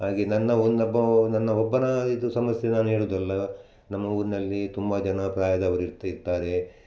ಹಾಗೇ ನನ್ನ ಒನ್ನಬ್ಬ ಒ ನನ್ನ ಒಬ್ಬನ ಇದು ಸಮಸ್ಯೆ ನಾನು ಹೇಳುದಲ್ಲ ನಮ್ಮ ಊರಿನಲ್ಲಿ ತುಂಬ ಜನ ಪ್ರಾಯದವರಿರ್ತ್ ಇರ್ತಾರೆ